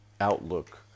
outlook